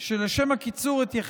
כנסת המשותפת לשלוש הוועדות: החוקה,